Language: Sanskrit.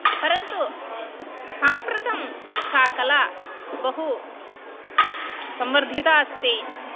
परन्तु सांप्रतं सा कला बहु संवर्धिता अस्ति